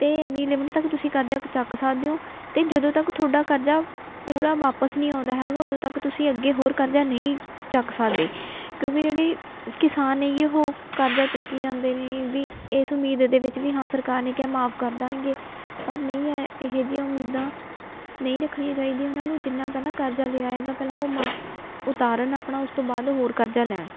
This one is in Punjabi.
ਅਤੇ ਐਨੀ ਲਿਮਿਟ ਤੱਕ ਤੁਸੀਂ ਕਰਜ਼ਾ ਚੱਕ ਸਕਦੇ ਹੋ ਅਤੇ ਜਦੋਂ ਤੱਕ ਤੁਹਾਡਾ ਕਰਜ਼ਾ ਪੂਰਾ ਵਾਪਸ ਨਹੀਂ ਆਉਂਦਾ ਹੈਗਾ ਉਦੋਂ ਤੱਕ ਤੁਸੀਂ ਅੱਗੇ ਹੋਰ ਕਰਜ਼ਾ ਨਹੀਂ ਚੱਕ ਸਕਦੇ ਕਿਉਂਕਿ ਜਿਹੜੇ ਕਿਸਾਨ ਨੇਗੇ ਉਹ ਕਰਜ਼ਾ ਚੱਕੀ ਜਾਂਦੇ ਨੇ ਵੀ ਇਸ ਉਮੀਦ ਦੇ ਵਿੱਚ ਵੀ ਹਾਂ ਸਰਕਾਰ ਨੇ ਕਿਹਾ ਮਾਫ ਕਰ ਦੇਣਗੇ ਪਰ ਨਹੀਂ ਹੈ ਇਹੋ ਜਿਹੀਆਂ ਉਮੀਦਾਂ ਨਹੀਂ ਰੱਖਣੀਆਂ ਚਾਹੀਦੀਆਂ ਉਹਨਾਂ ਨੂੰ ਜਿੰਨਾ ਪਹਿਲਾਂ ਕਰਜ਼ਾ ਲਿਆ ਹੈਗਾ ਪਹਿਲਾਂ ਉਹ ਮਾ ਉਤਾਰਨ ਆਪਣਾ ਉਸ ਤੋਂ ਬਾਅਦ ਹੋਰ ਕਰਜ਼ਾ ਲੈਣ